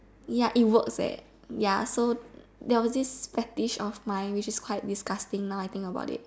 ya it works eh ya so there was this fetish of mine which is quite disgusting now I think about it